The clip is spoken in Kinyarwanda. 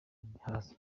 ibihaza